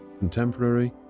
contemporary